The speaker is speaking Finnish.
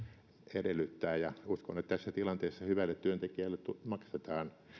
edellyttää ja uskon että tässä tilanteessa hyvälle työntekijälle maksetaan